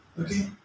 Okay